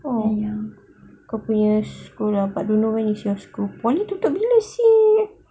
oh kau punya sekolah but don't know when is your school poly tutup bila seh